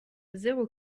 zéro